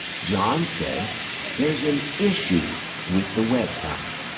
john says there's an issue with the website.